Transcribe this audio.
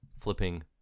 flipping